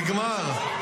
נגמר.